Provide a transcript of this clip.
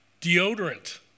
deodorant